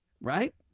right